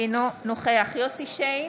אינו נוכח יוסף שיין,